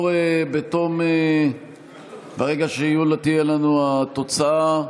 ברגע שתהיה לנו התוצאה,